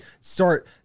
start